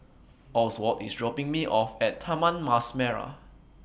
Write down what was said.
Oswald IS dropping Me off At Taman Mas Merah